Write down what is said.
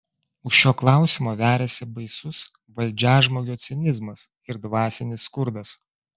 už šio klausimo veriasi baisus valdžiažmogio cinizmas ir dvasinis skurdas